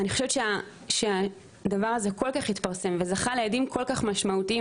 זה כל כך התפרסם וזכה להדים כה משמעותיים.